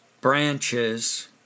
branches